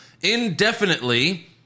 indefinitely